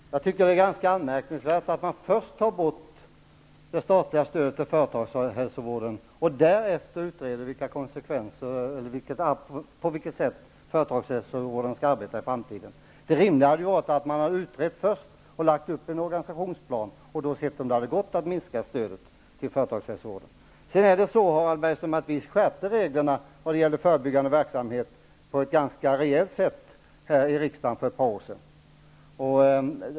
Herr talman! Jag tycker att det är ganska anmärkningsvärt att man först tar bort det statliga stödet till företagshälsovården och därefter utreder på vilket sätt företagshälsovården skall arbeta i framtiden. Det rimliga hade ju varit att man hade utrett först och lagt upp en organisationsplan och sedan sett efter om det går att minska stödet. Sedan är det så, Harald Bergström, att riksdagen skärpte reglerna vad gäller förebyggande verksamhet ganska rejält för ett par år sedan.